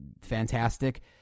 fantastic